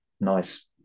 nice